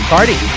Party